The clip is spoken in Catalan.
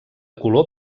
color